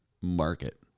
market